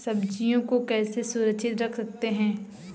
सब्जियों को कैसे सुरक्षित रख सकते हैं?